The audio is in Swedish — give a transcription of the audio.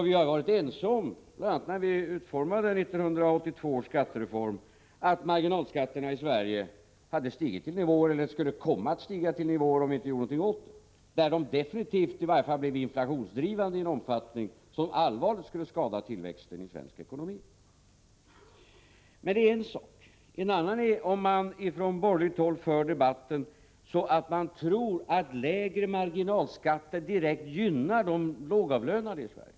Vi har varit ense om, bl.a. när vi utformade 1982 års skattereform, att marginalskatterna i Sverige stigit eller, om vi inte gjorde någonting åt det, skulle komma att stiga till nivåer där de bl.a. definitivt skulle bli inflationsdrivande i en omfattning som allvarligt skulle skada tillväxten i den svenska ekonomin. Men det är en sak. En annan är att man från borgerligt håll för debatten på ett sådant sätt att man ger intryck av att lägre marginalskatter direkt gynnar de lågavlönade i Sverige.